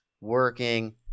working